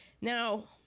Now